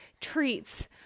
treats